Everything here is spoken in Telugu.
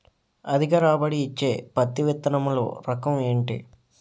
అధిక రాబడి ఇచ్చే పత్తి విత్తనములు రకం ఏంటి?